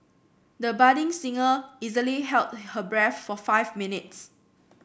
the budding singer easily held her breath for five minutes